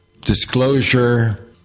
disclosure